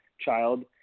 child